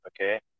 Okay